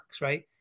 right